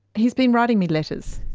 he's been writing me letters.